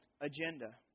agenda